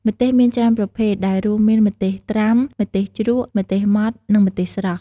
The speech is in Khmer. ម្ទេសមានច្រើនប្រភេទ ដែលរួមមាន ម្ទេសត្រាំ ម្ទេសជ្រក់ ម្ទេសម៉ដ្ឋ និងម្ទេសស្រស់។